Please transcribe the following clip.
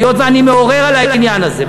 היות שאני מעורר על העניין הזה,